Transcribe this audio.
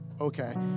okay